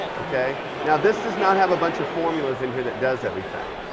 okay. now this does not have a bunch of formulas in here that does everything.